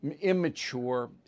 immature